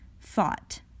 THOUGHT